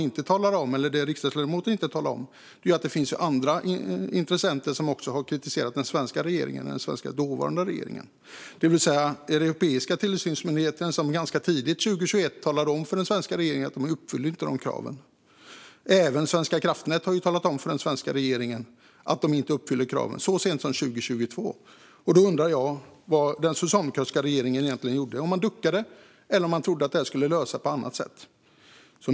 Det riksdagsledamoten inte talade om är dock att också andra intressenter har kritiserat den dåvarande svenska regeringen. Den europeiska tillsynsmyndigheten talade ganska tidigt, 2021, om för den svenska regeringen att den inte uppfyllde kraven. Även Svenska kraftnät talade så sent som 2022 om för den svenska regeringen att den inte uppfyllde kraven. Då undrar jag vad den socialdemokratiska regeringen egentligen gjorde, om man duckade eller om man trodde att detta skulle lösa sig på annat sätt.